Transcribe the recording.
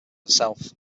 herself